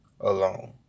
alone